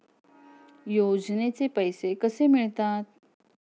योजनेचे पैसे कसे मिळतात?